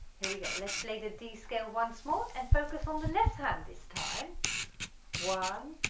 here we go, let's play the d scale once more and focus on the left hand this time one,